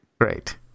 great